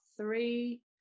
three